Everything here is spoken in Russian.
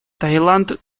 таиланд